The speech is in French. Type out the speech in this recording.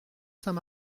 saint